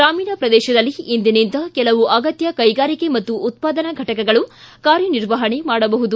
ಗ್ರಾಮೀಣ ಪ್ರದೇಶದಲ್ಲಿ ಇಂದಿನಿಂದ ಕೆಲವು ಅಗತ್ತ ಕೈಗಾರಿಕೆ ಮತ್ತು ಉತ್ಪಾದನಾ ಘಟಕಗಳು ಕಾರ್ಯನಿರ್ವಹಣೆ ಮಾಡಬಹುದು